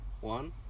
one